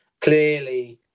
Clearly